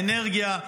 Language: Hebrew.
האנרגיה,